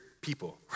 people